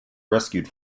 rescued